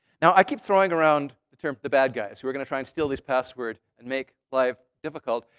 now, i keep throwing around the term, the bad guys, who are going to try and steal this password, and make life difficult.